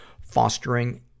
Fostering